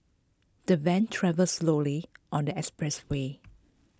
the van travelled slowly on the expressway